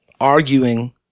arguing